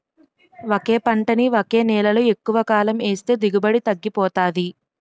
ఒకే పంటని ఒకే నేలలో ఎక్కువకాలం ఏస్తే దిగుబడి తగ్గిపోతాది